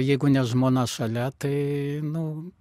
jeigu ne žmona šalia tai nu